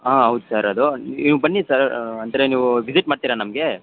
ಹಾಂ ಹೌದು ಸರ್ ಅದು ನೀವು ಬನ್ನಿ ಸರ್ ಅಂದರೆ ನೀವು ವಿಸಿಟ್ ಮಾಡ್ತೀರಾ ನಮಗೆ